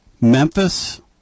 Memphis